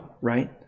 right